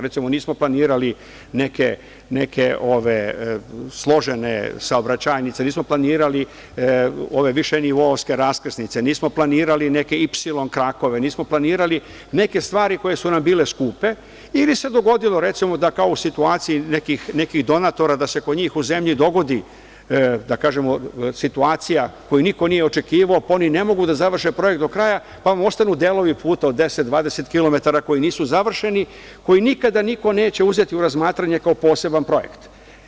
Recimo, nismo planirali neke složene saobraćajnice, nismo planirali raskrsnice, nismo planirali neke ipsilon krakove, nismo planirali neke stvari koje su nam bile skupe ili se dogodilo, recimo, kao u situaciji nekih donatora da se kod njih u zemlji dogodi da kažemo situacija koju niko nije očekivao pa oni ne mogu da završe projekat do kraja, pa ostanu delovi puta deset, dvadeset kilometara koji nisu završeni koji nikada niko neće uzeti u razmatranje kao poseban projekat.